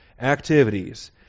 activities